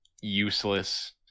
useless